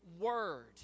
Word